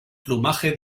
plumaje